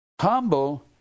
Humble